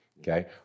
Okay